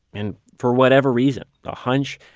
and for whatever reason a hunch,